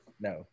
No